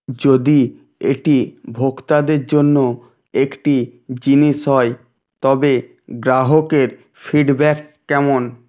যদি এটি ভোক্তাদের জন্য একটি জিনিস হয় তবে গ্রাহকের ফিডব্যাক কেমন